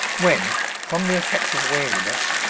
when from the effect of weariness,